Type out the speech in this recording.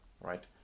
right